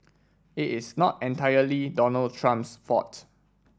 it is not entirely Donald Trump's fault